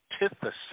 antithesis